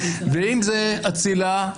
ואם זה אצילה,